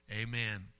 Amen